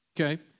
Okay